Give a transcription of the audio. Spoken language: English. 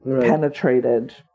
penetrated